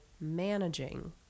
managing